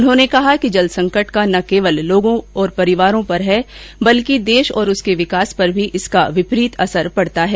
उन्होंने कहा कि जल संकट का न केवल लोगों तथा परिवारों पर बल्कि देश और उसके विकास पर भी विपरीत असर पड़ता है